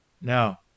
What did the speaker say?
now